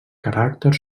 caràcter